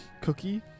cookie